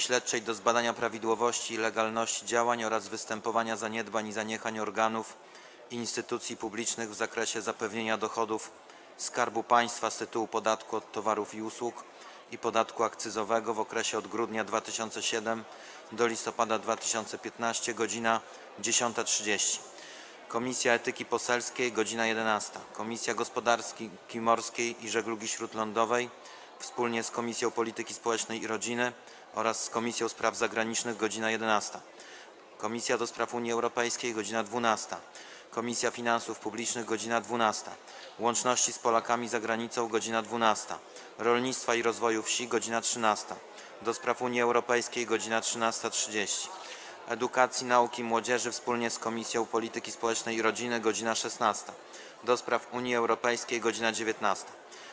Śledczej do zbadania prawidłowości i legalności działań oraz występowania zaniedbań i zaniechań organów i instytucji publicznych w zakresie zapewnienia dochodów Skarbu Państwa z tytułu podatku od towarów i usług i podatku akcyzowego w okresie od grudnia 2007 r. do listopada 2015 r. - godz. 10.30, - Etyki Poselskiej - godz. 11, - Gospodarki Morskiej i Żeglugi Śródlądowej wspólnie z Komisją Polityki Społecznej i Rodziny oraz Komisją Spraw Zagranicznych - godz. 11, - do Spraw Unii Europejskiej - godz. 12, - Finansów Publicznych - godz. 12, - Łączności z Polakami za Granicą - godz. 12, - Rolnictwa i Rozwoju Wsi - godz. 13, - do Spraw Unii Europejskiej - godz. 13.30, - Edukacji, Nauki i Młodzieży wspólnie z Komisją Polityki Społecznej i Rodziny - godz. 16, - do Spraw Unii Europejskiej - godz. 19.